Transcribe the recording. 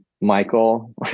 Michael